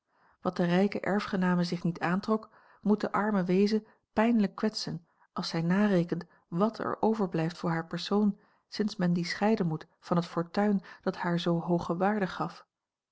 wat de rijke erfgename zich niet aantrok moet de arme weeze pijnlijk kwetsen als zij narekent wàt er overblijft voor haar persoon sinds men die scheiden moet van het fortuin dat haar zoo hooge waarde gaf